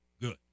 good